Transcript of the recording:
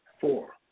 Four